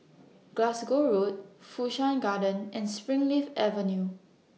Glasgow Road Fu Shan Garden and Springleaf Avenue